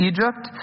Egypt